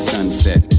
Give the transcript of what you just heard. Sunset